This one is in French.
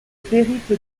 périple